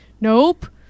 Nope